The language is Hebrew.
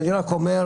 אני רק אומר,